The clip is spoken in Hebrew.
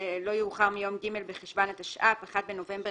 תחול לא יאוחר מיום ג' בחשון התשע"פ (1 בנובמבר